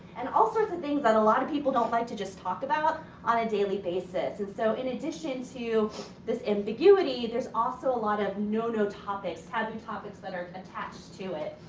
and all sorts of things that a lot of people don't like to just talk about on a daily basis. and so, in addition to this ambiguity there's also a lot of no-no topics, taboo topics that are attached to it.